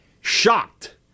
shocked